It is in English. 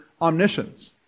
omniscience